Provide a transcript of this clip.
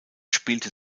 spielte